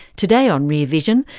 today on rear vision,